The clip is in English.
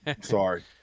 Sorry